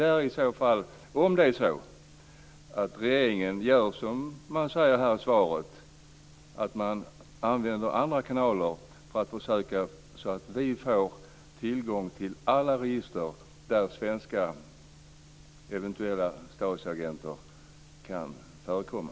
Är det så att regeringen gör som det har sagts i svaret, dvs. använder andra kanaler för att få tillgång till alla register där eventuella svenska STASI-agenter kan förekomma?